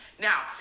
Now